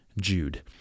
Jude